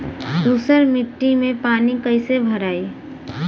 ऊसर मिट्टी में पानी कईसे भराई?